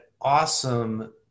awesome